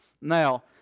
Now